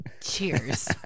Cheers